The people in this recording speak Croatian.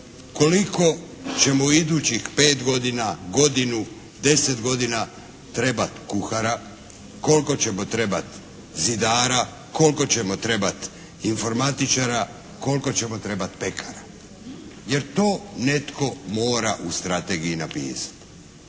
Koliko ćemo u idućih 5 godina, godinu, 10 godina trebati kuhara, koliko ćemo trebati zidara, koliko ćemo trebati informatičara, koliko ćemo trebati pekara, jer to netko mora u strategiji napisati.